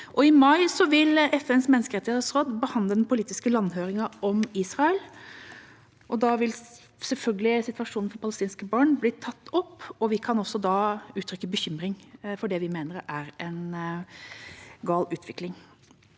I mai vil FNs menneskerettighetsråd behandle den politiske landhøringen av Israel. Da vil selvfølgelig situasjonen for palestinske barn bli tatt opp, og vi kan også da uttrykke bekymring for det vi mener er en gal utvikling.